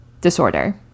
disorder